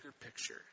picture